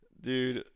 Dude